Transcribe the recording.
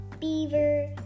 beaver